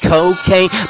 Cocaine